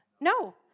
No